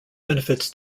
benefits